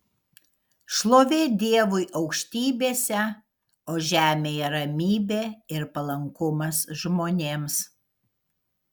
šlovė dievui aukštybėse o žemėje ramybė ir palankumas žmonėms